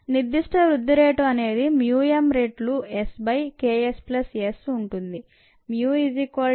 నిర్దిష్ట వృద్ధి రేటు అనేది mu m రెట్లు s by Ks plus S ఉంటుంది